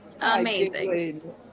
amazing